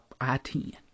I-10